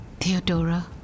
Theodora